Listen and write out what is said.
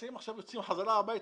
הצעירים עכשיו יוצאים חזרה הביתה,